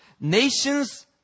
nations